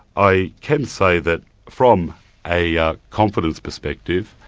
i can say that from a ah confidence perspective,